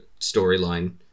storyline